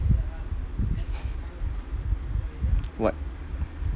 what